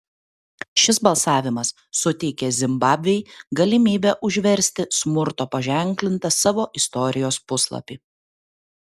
šis balsavimas suteikė zimbabvei galimybę užversti smurto paženklintą savo istorijos puslapį